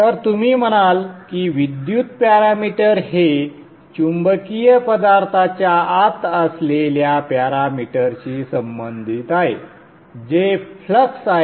तर तुम्ही पहाल की विद्युत पॅरामीटर हे चुंबकीय पदार्थाच्या आत असलेल्या पॅरामीटरशी संबंधित आहे जे फ्लक्स आहे